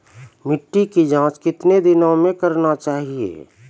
मिट्टी की जाँच कितने दिनों मे करना चाहिए?